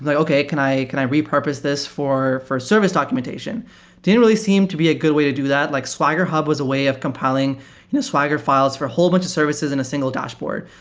like okay. can i can i repurpose this for for service documentation? it didn't really seem to be a good way to do that. like swagger hub was a way of compiling you know swagger files for a whole bunch of services in a single dashboard,